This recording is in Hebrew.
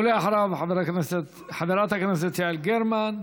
ואחריו, חברת הכנסת יעל גרמן.